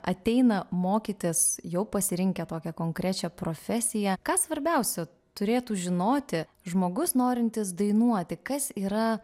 ateina mokytis jau pasirinkę tokią konkrečią profesiją ką svarbiausio turėtų žinoti žmogus norintis dainuoti kas yra